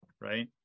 Right